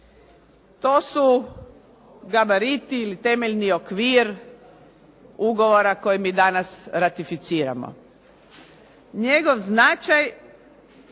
To su gabariti ili temeljni okvir ugovora koje mi danas ratificiramo. Njegov značaj